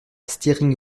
stiring